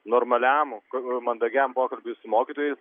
normaliam mandagiam pokalbiui su mokytojais